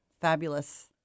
fabulous